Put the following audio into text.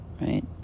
right